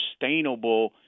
sustainable